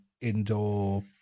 indoor